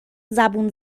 زبون